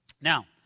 Now